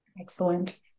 Excellent